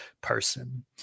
person